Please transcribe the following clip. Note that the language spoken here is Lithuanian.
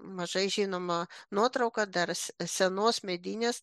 mažai žinoma nuotrauka dar s senos medinės